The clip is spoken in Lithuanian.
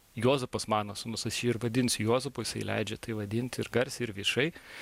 juozapas mano sūnus aš jį ir vadins juozapu jisai leidžia tai vadinti ir garsiai ir viešai